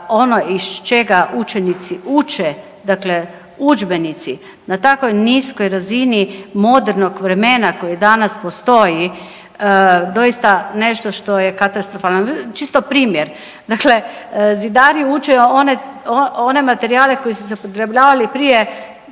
ono iz čega učenici uče, dakle udžbenici na takvoj niskoj razini modernog vremena koje danas postoji doista nešto što je katastrofalno. Čisto primjer, dakle zidari uče one materijale koji su se upotrebljavali prije